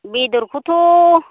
बेदरखौथ'